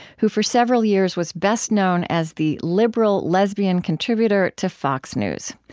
who for several years was best known as the liberal lesbian contributor to fox news.